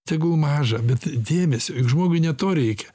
tegul mažą bet dėmesio juk žmogui ne to reikia